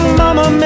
mama